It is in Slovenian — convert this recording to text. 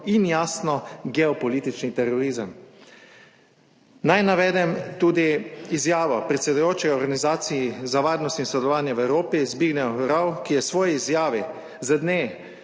in jasno geopolitični terorizem. Naj navedem tudi izjavo predsedujoči Organizaciji za varnost in sodelovanje v Evropi iz / nerazumljivo/, ki je v svoji izjavi z dne